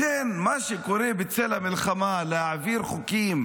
לכן, מה שקורה בצל המלחמה, להעביר חוקים